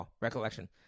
recollection